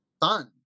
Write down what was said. fun